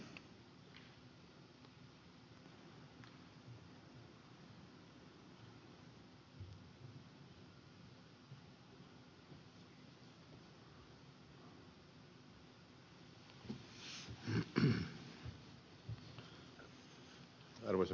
arvoisa puhemies